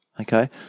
Okay